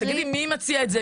תגידי מי מציע את זה,